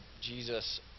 Jesus